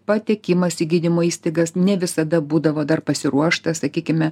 patekimas į gydymo įstaigas ne visada būdavo dar pasiruošta sakykime